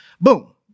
Boom